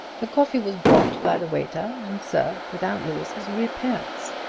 the coffee was brought by the waiter and served without louis' reappearance.